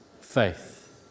faith